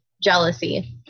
jealousy